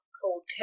called